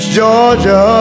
Georgia